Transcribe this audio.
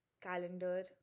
Calendar